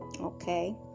Okay